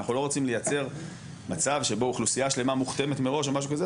אנחנו לא רוצים לייצר מצב שבו אוכלוסייה שלמה מוכתמת מראש או משהו כזה,